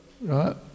right